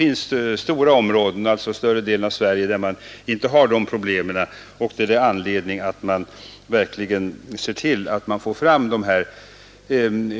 I större delen av Sverige har man inte de problemen, och där är det anledning att verkligen se till, att man får fram